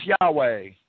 Yahweh